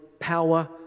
Power